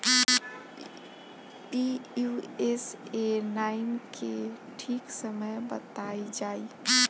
Pusa nine के ठीक समय बताई जाई?